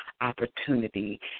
opportunity